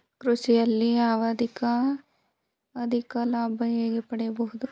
ಕೃಷಿಯಲ್ಲಿ ಅಧಿಕ ಲಾಭ ಹೇಗೆ ಪಡೆಯಬಹುದು?